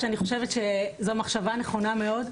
שאני חושבת שזו מחשבה נכונה מאוד.